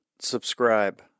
subscribe